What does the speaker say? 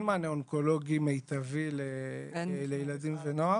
מענה אונקולוגי מיטבי לילדים ונוער.